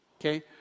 Okay